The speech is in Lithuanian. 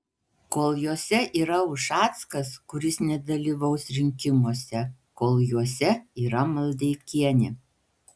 kol jose yra ušackas kuris nedalyvaus rinkimuose kol juose yra maldeikienė